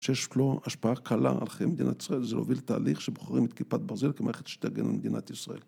שיש לו השפעה קלה על החיים מדינת ישראל זה להוביל תהליך שבוחרים את כיפת ברזל כמערכת שתגן על מדינת ישראל.